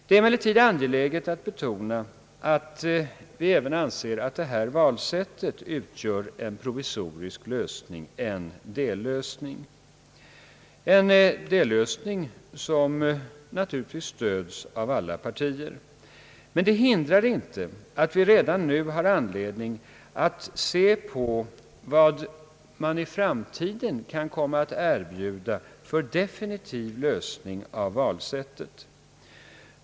Det är emellertid angeläget att betona att vi även anser att detta valsätt utgör en provisorisk lösning en dellösning, som i dag stöds av alla partier. Men det hindrar inte att vi redan nu har anledning att se på vad man i framtiden kan komma att erbjuda för definitiv lösning av problemet med valsättet.